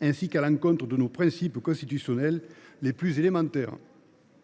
et à nos principes constitutionnels les plus élémentaires,